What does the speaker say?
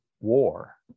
war